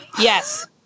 Yes